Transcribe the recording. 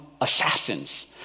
assassins